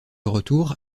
retour